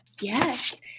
Yes